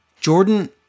Jordan